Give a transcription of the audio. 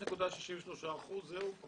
0.63%, זהו?